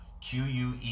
QUe